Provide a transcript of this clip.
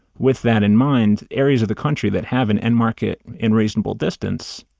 with that in mind, areas of the country that have an end market in reasonable distance,